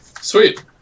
Sweet